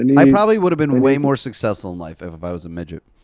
and i probably would have been way more successful in life if if i was a midget.